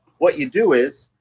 what you do is,